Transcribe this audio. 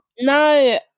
No